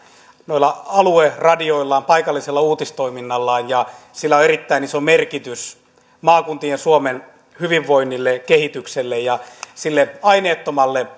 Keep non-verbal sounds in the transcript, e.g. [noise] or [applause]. alueradioillaan paikallisella uutistoiminnallaan ja sillä on erittäin iso merkitys maakuntien suomen hyvinvoinnille kehitykselle ja sille aineettomalle [unintelligible]